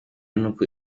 nuko